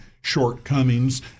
shortcomings